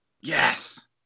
Yes